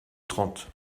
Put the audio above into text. trente